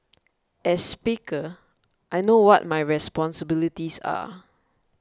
as speaker I know what my responsibilities are